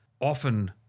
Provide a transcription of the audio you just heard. often